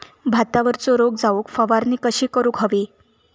भातावरचो रोग जाऊक फवारणी कशी करूक हवी?